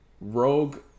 Rogue